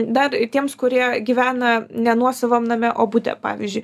dar ir tiems kurie gyvena ne nuosavam name o bute pavyzdžiui